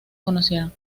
conocieron